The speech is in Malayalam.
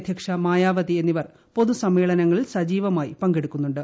അധ്യക്ഷ മായാവതി എന്നിവർ പൊതുസമ്മേളനങ്ങളിൽ സജീവമായി പങ്കെടുക്കുന്നുണ്ട്